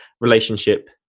relationship